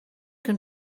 can